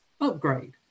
upgrade